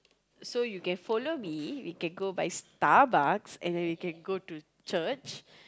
so you can follow me we can go buy Starbucks and we can go to church